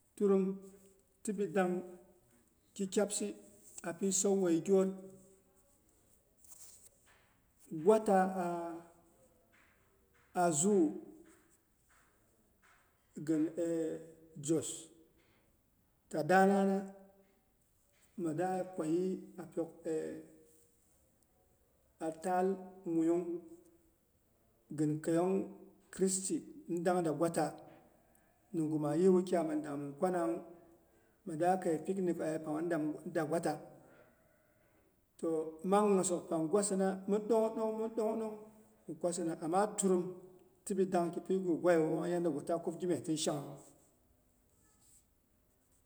Turum tibi dang kikyabsi api sauwuei gyoot gwata a'a zuu zoo gin jos. Tada nana mida kwayi apyok a taal muyung gɨn keiyong christi nidang da gwata. Ningn maa yih wukya mindang da min kwam wu mida kei picnic a yepang ni da gwata. Toh mang nyisok pang gwaski mi ɗongɗong, mi ɗongɗong mi kwasina. Ama turum tibi dang kipɨigu gwayewu mang yaddagu ta kub gimyes tin shangha wu.